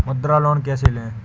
मुद्रा लोन कैसे ले?